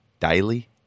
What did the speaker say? daily